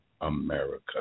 america